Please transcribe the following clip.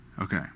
Okay